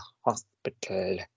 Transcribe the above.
hospital